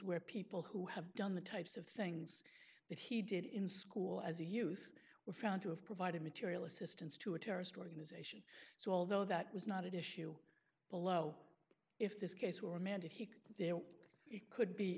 where people who have done the types of things that he did in school as a youth were found to have provided material assistance to a terrorist organization so although that was not at issue below if this case or remanded he could